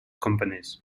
companies